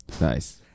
nice